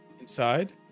Inside